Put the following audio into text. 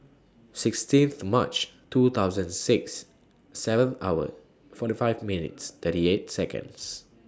sixteen March two thousand and six seven hour forty five minutes thirty eight Seconds